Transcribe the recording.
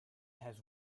has